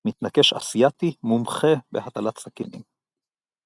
מתנקש אסייתי, מומחה בהטלת סכינים.